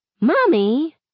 Mommy